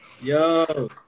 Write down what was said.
Yo